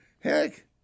Heck